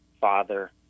Father